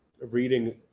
reading